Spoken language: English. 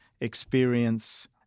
experience